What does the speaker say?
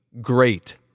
great